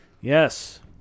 Yes